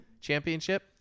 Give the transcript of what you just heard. championship